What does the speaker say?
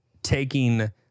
Taking